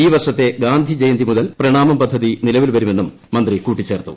ഈ വർഷത്തെ ഗാന്ധിജയന്തി മുതൽ പ്രണാമം പദ്ധതി നിലവിൽ വരുമെന്നും മന്ത്രി കൂട്ടിച്ചേർത്തു